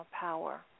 power